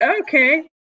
Okay